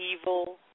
evil